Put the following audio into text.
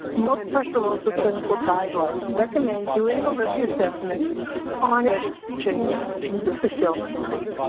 most pressure ulcer clinical guidelines recommend doing a risk assessment on admission to and to the facility.